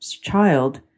child